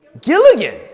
Gilligan